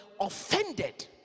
offended